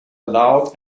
loud